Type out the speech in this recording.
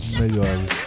melhores